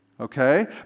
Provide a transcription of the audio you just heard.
Okay